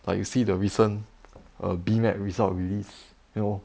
but you see the recent err B net result release you know